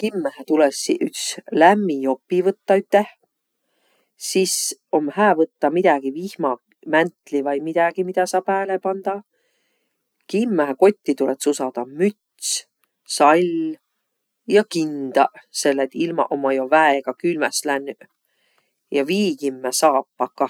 Kimmähe tulõssiq üts lämmi jopi võttaq üteh. Sis um hää võttaq midägi vihmamäntli vai midägi, midä saa pääle pandaq. Kimmähe kotti tulõ tsusadaq müts, sall ja kindaq selle et ilmaq ommaq jo väega külmäs lännüq. Ja viikimmäq saapaq kah.